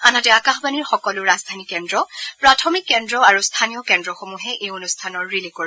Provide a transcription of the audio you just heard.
আনহাতে আকাশবাণীৰ সকলো ৰাজধানী কেন্দ্ৰ প্ৰাথমিক কেন্দ্ৰ আৰু স্থানীয় কেন্দ্ৰসমূহে এই অনুষ্ঠানৰ ৰিলে কৰিব